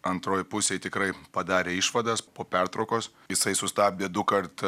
antroj pusėj tikrai padarė išvadas po pertraukos jisai sustabdė dukart